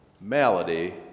malady